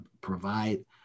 provide